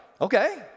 okay